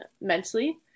mentally